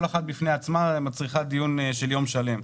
אחת בפני עצמה מצריכה דיון של יום שלם.